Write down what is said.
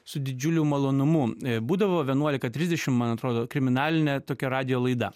su didžiuliu malonumu būdavo vienuolika trisdešim man atrodo kriminalinė tokia radijo laida